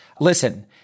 Listen